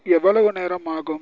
எவ்வளவு நேரம் ஆகும்